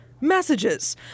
messages